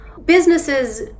Businesses